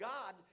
God